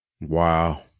Wow